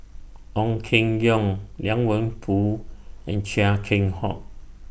Ong Keng Yong Liang Wenfu and Chia Keng Hock